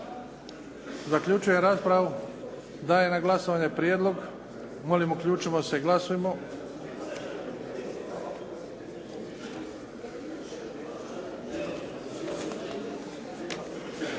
Zaključujem raspravu. Dajem na glasovanje prijedlog. Molim, uključimo se. Glasujmo.